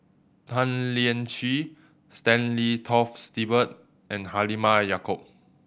Tan Lian Chye Stanley Toft Stewart and Halimah Yacob